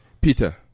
Peter